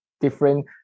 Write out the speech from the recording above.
different